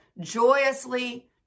joyously